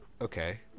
okay